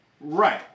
Right